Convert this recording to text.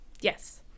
yes